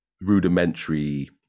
rudimentary